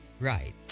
Right